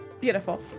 Beautiful